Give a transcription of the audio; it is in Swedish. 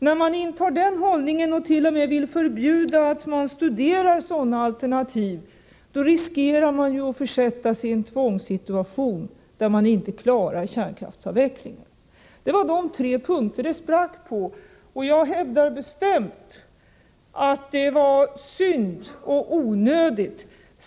När man intar denna hållning och t.o.m. vill förbjuda att sådana alternativ studeras, riskerar man att försätta sig i en tvångssituation, så att man inte kan genomföra kärnkraftsavvecklingen. Detta var de tre punkter där samarbetet sprack. Jag hävdar bestämt att det var synd och onödigt.